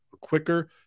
quicker